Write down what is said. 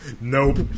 Nope